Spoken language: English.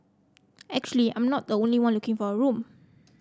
actually I'm not the only one looking for a room